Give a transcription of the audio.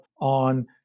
on